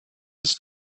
his